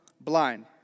blind